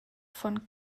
von